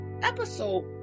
episode